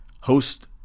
host